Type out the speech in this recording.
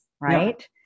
right